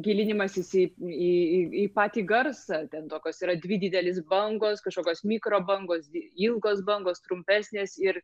gilinimasis į į patį garsą ten tokios yra dvi didelės bangos kažkokios mikrobangos dvi ilgos bangos trumpesnės ir